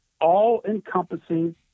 all-encompassing